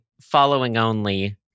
following-only